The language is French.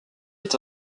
est